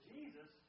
Jesus